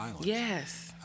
yes